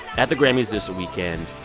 at the grammys this weekend.